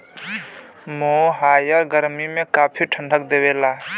मोहायर गरमी में काफी ठंडा देवला